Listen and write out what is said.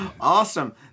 Awesome